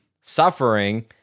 suffering